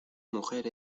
mujer